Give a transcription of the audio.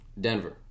Denver